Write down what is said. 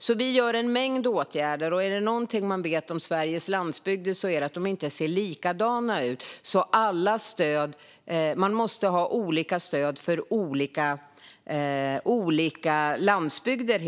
Vi har alltså en mängd åtgärder. Om det är något man vet om Sveriges landsbygd är det att det inte ser likadant ut överallt. Man måste därför ha olika stöd för olika landsbygder.